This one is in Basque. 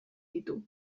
ditu